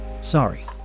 Sorry